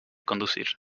conducir